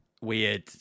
weird